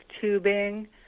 tubing